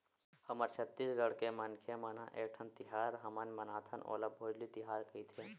हमर छत्तीसगढ़ के मनखे मन ह एकठन तिहार हमन मनाथन ओला भोजली तिहार कइथे